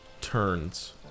turns